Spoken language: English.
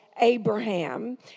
Abraham